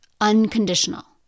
Unconditional